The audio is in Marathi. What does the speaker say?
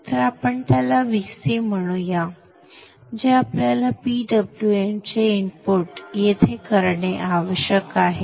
तर आपण त्याला Vc म्हणू या जे आपल्याला PWM चे इनपुट येथे करणे आवश्यक आहे